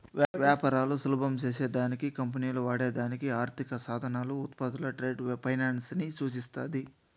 వ్యాపారాలు సులభం చేసే దానికి కంపెనీలు వాడే దానికి ఆర్థిక సాధనాలు, ఉత్పత్తులు ట్రేడ్ ఫైనాన్స్ ని సూచిస్తాది